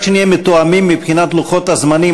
רק שנהיה מתואמים מבחינת לוחות הזמנים.